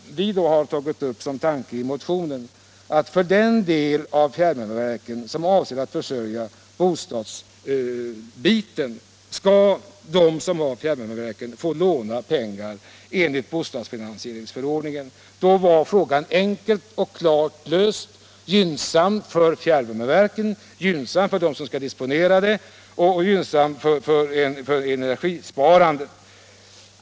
Vi har tagit upp den tanken i motionen och sagt att för den del av fjärrvärmeverket som avser att försörja bostäder skall de som har fjärrvärmeverket få låna pengar enligt bostadsfinansieringsförordningen. Då är frågan enkelt och klart löst, gynnsamt för fjärrvärmeverket, gynnsamt för dem som skall disponera det och gynnsamt för energisparandet.